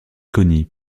connie